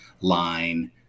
line